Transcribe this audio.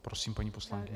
Prosím, paní poslankyně.